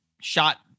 shot